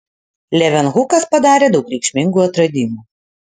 levenhukas padarė daug reikšmingų atradimų